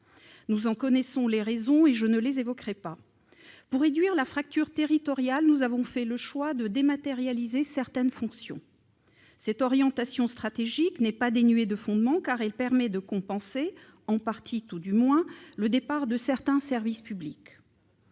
Nous en connaissons les raisons ; je ne les évoquerai pas. Pour réduire la fracture territoriale, nous avons fait le choix de dématérialiser certaines fonctions. Cette orientation stratégique n'est pas dénuée de fondement, car elle permet de compenser, en partie tout du moins, le départ de certains services publics.